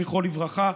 זכרו לברכה,